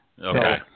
Okay